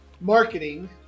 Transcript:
marketing